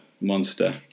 monster